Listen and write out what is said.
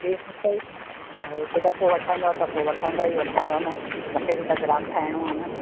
हिकु दफ़ो वठंदव त पोइ वठंदव ई वठंदव न मूंखे बि त ग्राहक ठाहिणो आहे न